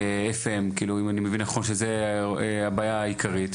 FM, אם אני מבין נכון שזה הבעיה העיקרית.